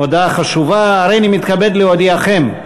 הודעה חשובה: הריני מתכבד להודיעכם,